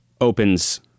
opens